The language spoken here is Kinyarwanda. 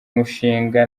mushinga